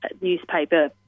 newspaper